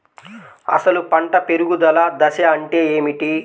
అసలు పంట పెరుగుదల దశ అంటే ఏమిటి?